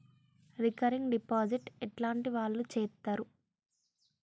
Recurring deposit ఎట్లాంటి వాళ్లు చేత్తరు?